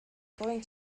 going